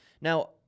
Now